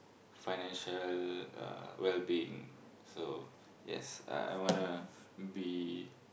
financial uh well being so yes uh I wanna be